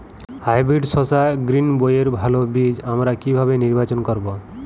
Hybrid শসা গ্রীনবইয়ের ভালো বীজ আমরা কিভাবে নির্বাচন করব?